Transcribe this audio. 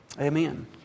Amen